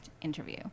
interview